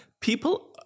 People